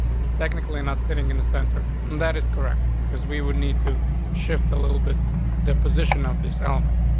it's technically not sitting in the center. that is correct, because we would need to shift a little bit the position of this element.